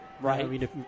Right